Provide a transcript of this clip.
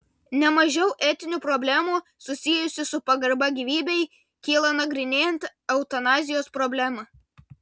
ne mažiau etinių problemų susijusių su pagarba gyvybei kyla nagrinėjant eutanazijos problemą